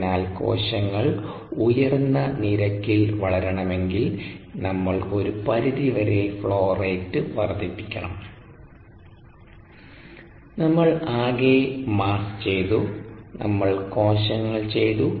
അതിനാൽ കോശങ്ങൾ ഉയർന്ന നിരക്കിൽ വളരണമെങ്കിൽ നമ്മൾ ഒരു പരിധി വരെ ഫ്ലോ റേറ്റ് വർദ്ധിപ്പിക്കണം നമ്മൾ ആകെ മാസ്സ് ചെയ്തു നമ്മൾ കോശങ്ങൾ ചെയ്തു